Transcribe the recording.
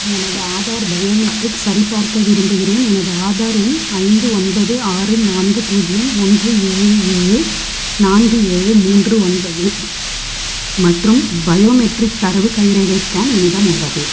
எனது ஆதார் பயோமெட்ரிக்ஸ் சரிபார்க்க விரும்புகிறேன் எனது ஆதார் எண் ஐந்து ஒன்பது ஆறு நான்கு பூஜ்யம் ஒன்று ஏழு ஏழு நான்கு ஏழு மூன்று ஒன்பது மற்றும் பயோமெட்ரிக் தரவு கைரேகை ஸ்கேன் என்னிடம் உள்ளது